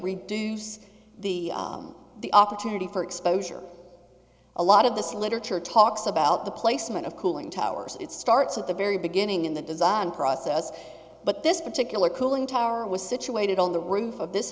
reduce the the opportunity for exposure a lot of this literature talks about the placement of cooling towers it starts at the very beginning in the design process but this particular cooling tower was situated on the roof of this